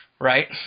Right